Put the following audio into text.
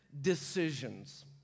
decisions